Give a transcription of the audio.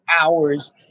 hours